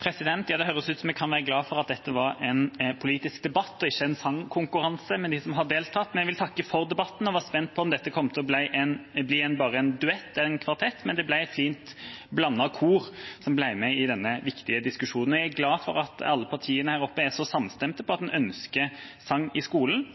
Ja, det høres ut som om vi kan være glad for at dette var en politisk debatt, og ikke en sangkonkurranse for dem som har deltatt. Jeg vil takke for debatten. Jeg var spent på om dette kom til å bli en ren duett eller kvartett, men det ble et fint blandet kor som ble med i denne viktige diskusjonen. Jeg er glad for at alle partiene er så samstemte om at man ønsker sang i skolen.